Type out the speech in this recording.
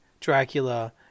Dracula